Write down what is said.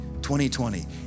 2020